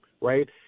right